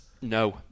No